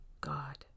God